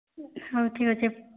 ହଉ ଠିକ୍ ଅଛେ